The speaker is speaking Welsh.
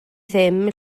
ddim